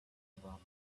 about